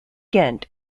ghent